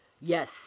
Yes